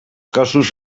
cossos